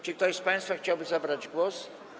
Czy ktoś z państwa chciałby zabrać głos?